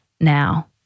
now